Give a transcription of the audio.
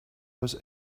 was